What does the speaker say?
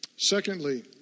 Secondly